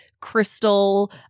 crystal